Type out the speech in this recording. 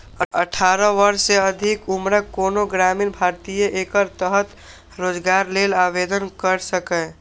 अठारह वर्ष सँ अधिक उम्रक कोनो ग्रामीण भारतीय एकर तहत रोजगार लेल आवेदन कैर सकैए